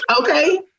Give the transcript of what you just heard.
okay